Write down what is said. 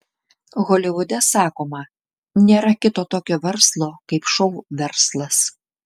holivude sakoma nėra kito tokio verslo kaip šou verslas